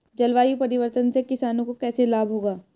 जलवायु परिवर्तन से किसानों को कैसे लाभ होगा?